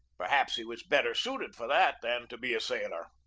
perhaps he was better suited for that than to be a sailor.